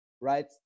right